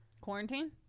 Quarantine